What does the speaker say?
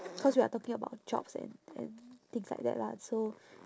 because we are talking about jobs and and things like that lah so